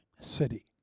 city